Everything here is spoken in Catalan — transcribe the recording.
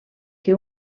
que